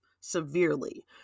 severely